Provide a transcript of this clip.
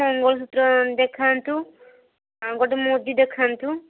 ମଙ୍ଗଳସୂତ୍ର ଦେଖାନ୍ତୁ ଆ ଗୋଟେ ମୁଦି ଦେଖନ୍ତୁ